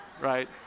Right